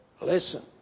listen